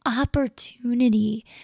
opportunity